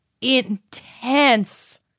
intense